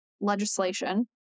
legislation